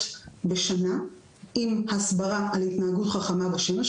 בשנה עם הסברה על התנהגות חכמה בשמש,